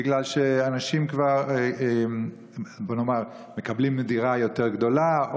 בגלל שאנשים מקבלים דירה יותר גדולה,